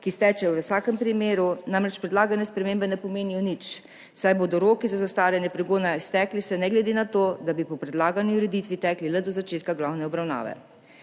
ki steče v vsakem primeru, namreč predlagane spremembe ne pomenijo nič, saj se bodo roki za zastaranje pregona iztekli ne glede na to, da bi po predlagani ureditvi tekli le do začetka glavne obravnave.